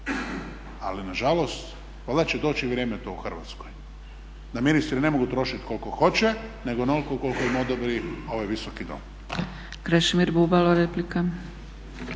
Ali nažalost valjda će doći i vrijeme to u Hrvatskoj da ministri ne mogu trošiti koliko hoće nego onoliko koliko im odobri ovaj Visoki dom.